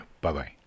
Bye-bye